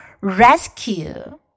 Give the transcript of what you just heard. Rescue